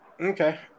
Okay